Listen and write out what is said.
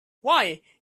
why